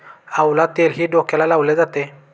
आवळा तेलही डोक्याला लावले जाते